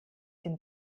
den